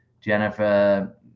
Jennifer